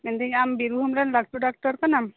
ᱢᱮᱱᱫᱟᱹᱧ ᱟᱢ ᱵᱤᱨᱵᱷᱩᱢ ᱨᱮᱱ ᱞᱟᱹᱴᱩ ᱰᱟᱠᱛᱟᱨ ᱠᱟᱱᱟᱢ